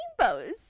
rainbows